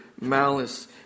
malice